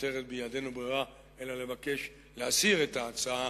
שנותרת בידינו ברירה אלא לבקש להסיר את ההצעה